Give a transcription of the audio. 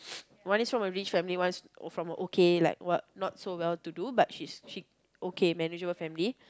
one is from a rich family one is from a okay like what not so well to do but she's she okay manageable family